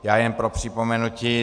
Já jen pro připomenutí.